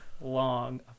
long